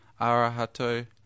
arahato